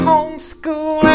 Homeschool